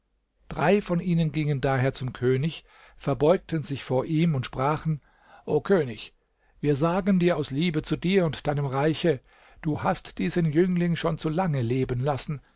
drei von ihnen gingen daher zum könig verbeugten sich vor ihm und sprachen o könig wir sagen dir aus liebe zu dir und deinem reiche du hast diesen jüngling schon zu lange leben lassen